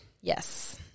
Yes